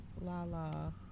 Lala